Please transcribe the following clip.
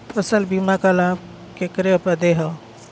फसल बीमा क लाभ केकरे बदे ह?